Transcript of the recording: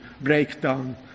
breakdown